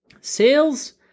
Sales